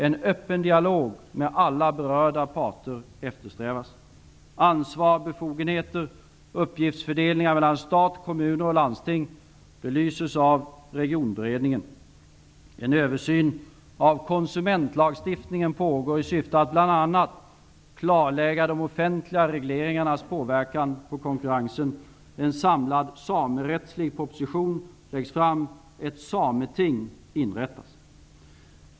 En öppen dialog med alla berörda parter eftersträvas. Ansvar, befogenheter, uppgiftsfördelning mellan stat, kommuner och landsting belyses av regionberedningen. En översyn av konsumentlagstiftningen pågår i syfte att bl.a. klarlägga de offentliga regleringarnas påverkan på konkurrensen. En samlad samerättslig proposition kommer att läggas fram. Ett sameting inrättas.